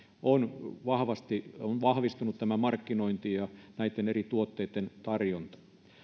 on vahvasti vahvistunut tämä markkinointi ja näitten eri tuotteitten tarjonta